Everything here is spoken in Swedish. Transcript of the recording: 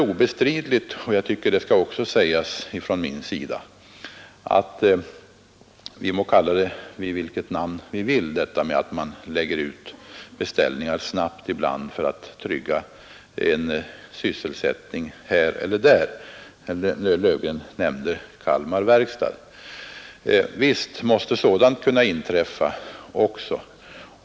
Det är också obestridligt att vi ibland mycket snabbt lägger ut beställningar för att trygga sysselsättningen på en ort. Herr Löfgren nämnde där Kalmar Verkstad. Och visst måste man kunna göra det också.